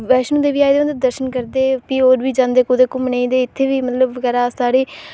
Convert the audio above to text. बैश्नों देवी आए दे होंदे दर्शन करदे फ्ही ओह् होर बी कुतै घूमनें ई इत्थै बी मतलब बगैरा साढ़े